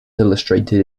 illustrated